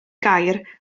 gair